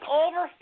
over